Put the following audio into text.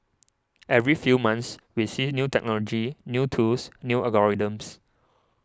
every few months we see new technology new tools new algorithms